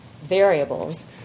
variables